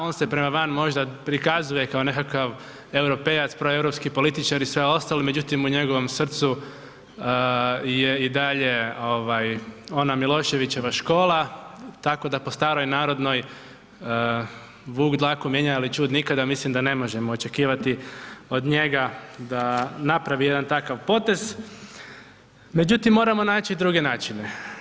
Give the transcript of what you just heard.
On se prema van možda prikazuje kao nekakav europejac, proeuropski političar i sve ostalo, međutim u njegovom srcu je i dalje ona Miloševićeva škola, tako da po staroj narodnoj vuk dlaku mijenja, ali ćud nikada, mislim da ne možemo očekivati od njega da napravi jedan takav potez, međutim, moramo naći druge načine.